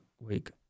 week